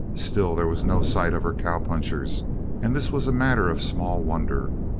still there was no sight of her cowpunchers and this was a matter of small wonder,